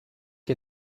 est